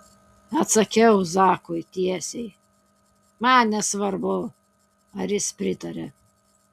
atsakiau zakui tiesiai man nesvarbu ar jis pritaria